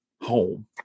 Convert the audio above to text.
home